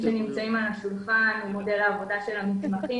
שנמצאים על השולחן הוא מודל העבודה של המתמחים